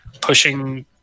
pushing